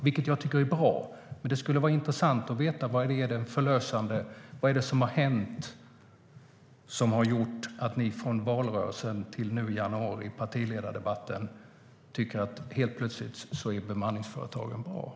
Det tycker jag är bra, men det skulle vara intressant att få veta vad som har hänt efter valrörelsen fram till partiledardebatten i januari som gör att ni helt plötsligt tycker att bemanningsföretagen är bra.